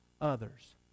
others